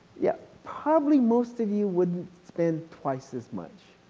yeah probably most of you wouldn't spend twice as much.